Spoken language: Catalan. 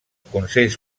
consells